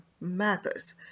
matters